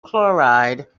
chloride